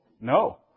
no